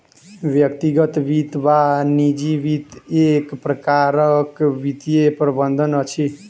व्यक्तिगत वित्त वा निजी वित्त एक प्रकारक वित्तीय प्रबंधन अछि